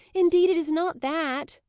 indeed it is not that,